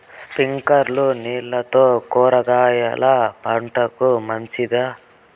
స్ప్రింక్లర్లు నీళ్లతో కూరగాయల పంటకు మంచిదా?